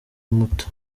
muto